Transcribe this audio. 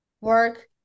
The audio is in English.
work